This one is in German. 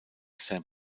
saint